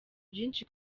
byinshi